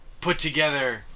put-together